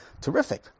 terrific